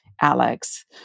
Alex